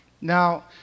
Now